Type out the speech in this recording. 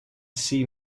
see